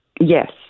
Yes